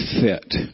fit